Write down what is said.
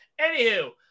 Anywho